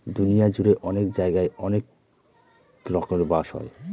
দুনিয়া জুড়ে অনেক জায়গায় অনেক রকমের বাঁশ হয়